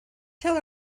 tell